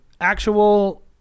actual